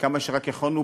כמה שרק יכולנו,